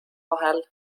vahel